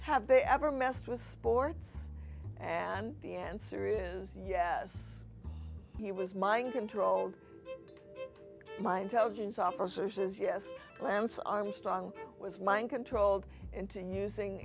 have been ever messed with sports and the answer is yes he was mind controlled my intelligence officer says yes lance armstrong was mind controlled into using